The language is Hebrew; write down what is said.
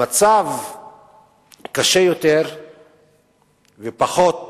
המצב קשה יותר ופחות